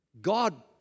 God